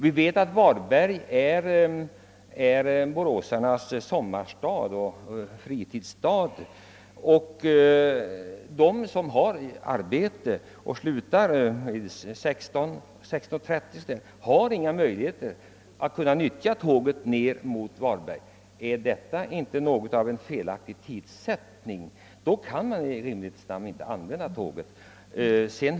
Vi vet att Varberg är boråsarnas sommaroch fritidsstad. Många människor har på grund av arbetstid inga möjligheter att använda tåget mot Varberg. är detta inte en felaktig tidsättning när man inte kan använda tåget på grund av den tidiga avgången?